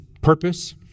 purpose